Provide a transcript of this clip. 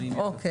ו-ג'.